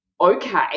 okay